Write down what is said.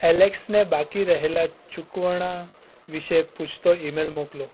એલેક્સને બાકી રહેલા ચુકવણા વિશે પૂછતો ઇમેલ મોકલો